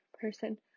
person